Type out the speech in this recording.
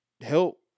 help